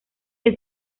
que